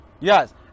Yes